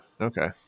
Okay